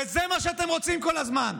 וזה מה שאתם רוצים כל הזמן,